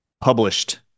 published